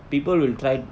so people will try